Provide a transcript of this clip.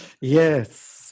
Yes